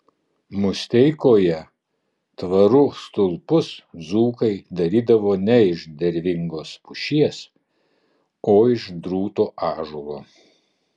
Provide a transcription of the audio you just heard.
musteikoje tvorų stulpus dzūkai darydavo ne iš dervingos pušies o iš drūto ąžuolo